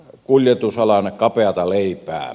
l kuljetusala on kapeata leipää